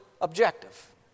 objective